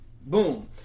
boom